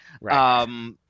Right